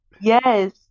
yes